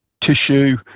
tissue